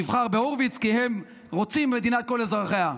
יבחר בהורוביץ, כי הם רוצים מדינת כל אזרחיה,